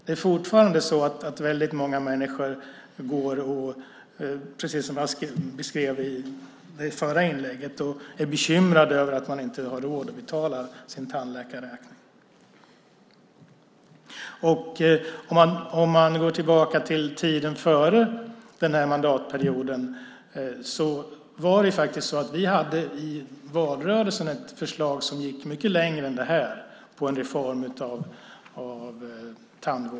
Det är fortfarande så att väldigt många människor går och är bekymrade, som jag beskrev i förra inlägget, över att de inte har råd att betala sin tandläkarräkning. Vi kan gå tillbaka till tiden före den här mandatperioden. I valrörelsen hade vi faktiskt ett förslag om en reform av tandvården som gick mycket längre än det här.